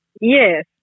Yes